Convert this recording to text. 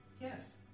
yes